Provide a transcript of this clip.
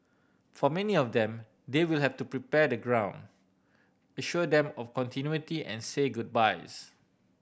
for many of them they will have to prepare the ground assure them of continuity and say goodbyes